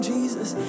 Jesus